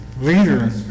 leader